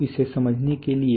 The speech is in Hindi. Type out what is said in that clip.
तो इसे समझने के लिए